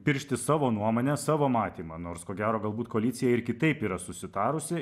piršti savo nuomone savo matymą nors ko gero galbūt koalicija ir kitaip yra susitarusi